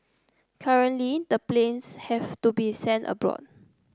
currently the planes have to be sent abroad